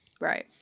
Right